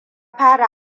fara